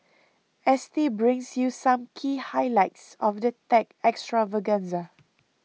S T brings you some key highlights of the tech extravaganza